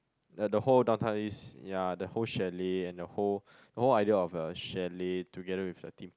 like the whole Downtown-East ya the whole chalet and the whole the whole idea of a chalet together with the team